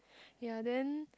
ya then